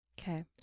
Okay